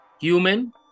Human